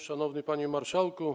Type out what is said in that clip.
Szanowny Panie Marszałku!